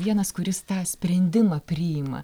vienas kuris tą sprendimą priima